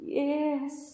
yes